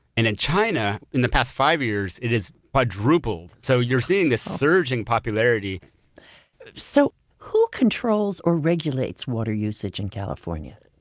and in china in the past five years, it has quadrupled. so you're seeing this surge in popularity so who controls or regulates water usage in california?